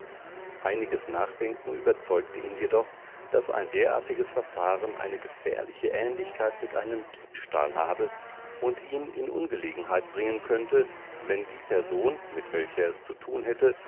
einiges nachdenken überzeugte ihn jedoch daß ein derartiges verfahren eine gefährliche ähnlichkeit mit einem diebstahl habe und ihn in ungelegenheit bringen könnte wenndieperson mitwelchererzutunhätte essicheinfallenließe